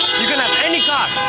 you can have any car!